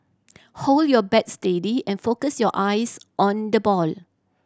hold your bat steady and focus your eyes on the ball